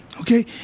Okay